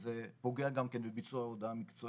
וזה פוגע גם כן בביצוע הודעה מקצועית